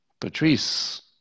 Patrice